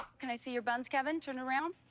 can i see your buns, kevin? turn around?